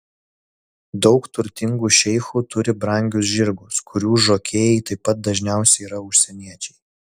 daug turtingų šeichų turi brangius žirgus kurių žokėjai taip pat dažniausiai yra užsieniečiai